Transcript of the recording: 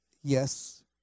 yes